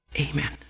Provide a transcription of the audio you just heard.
amen